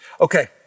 Okay